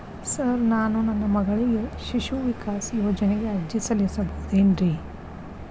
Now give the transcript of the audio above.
Sir ನಾನು ನನ್ನ ಮಗಳಿಗೆ ಶಿಶು ವಿಕಾಸ್ ಯೋಜನೆಗೆ ಅರ್ಜಿ ಸಲ್ಲಿಸಬಹುದೇನ್ರಿ?